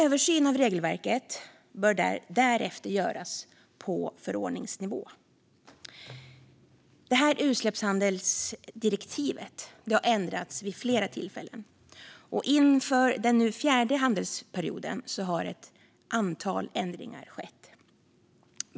En översyn av regelverket bör därefter göras på förordningsnivå. Det här utsläppshandelsdirektivet har ändrats vid flera tillfällen. Inför den fjärde handelsperioden har ett antal ändringar skett.